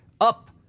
up